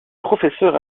professeur